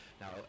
Now